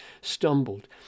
stumbled